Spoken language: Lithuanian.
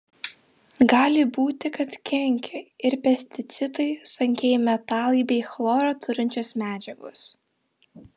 gali būti kad kenkia ir pesticidai sunkieji metalai bei chloro turinčios medžiagos